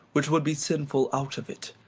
which would be sinful out of it.